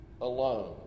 alone